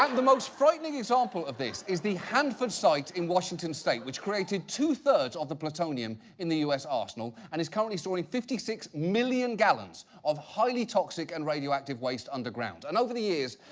um the most frightening example of this is the hanford site in washington state, which created two third of the plutonium in the us arsenal and is currently storing fifty six million gallons of highly toxic and radioactive waste underground. and over the years,